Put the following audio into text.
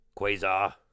Quasar